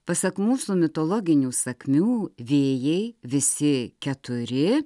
pasak mūsų mitologinių sakmių vėjai visi keturi